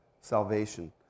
salvation